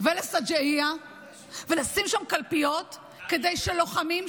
ולשג'אעיה ולשים שם קלפיות כדי שלוחמים,